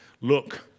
look